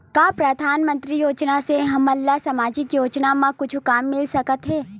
का परधानमंतरी योजना से हमन ला सामजिक योजना मा कुछु काम मिल सकत हे?